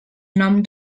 nom